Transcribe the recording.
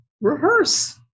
rehearse